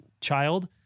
child